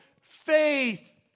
faith